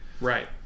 Right